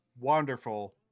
wonderful